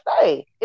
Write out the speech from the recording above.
say